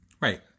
Right